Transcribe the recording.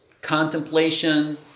contemplation